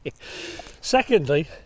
Secondly